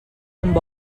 amb